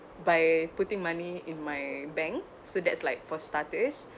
by putting money in my bank so that's like for starters